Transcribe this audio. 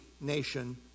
nation